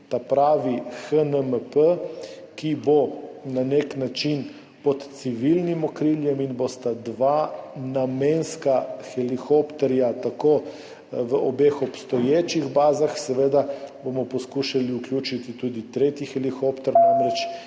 ta pravi HNMP, ki bo na nek način pod civilnim okriljem in bosta tako dva namenska helikopterja v obeh obstoječih bazah. Seveda bomo poskušali vključiti tudi tretji helikopter, namreč,